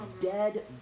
dead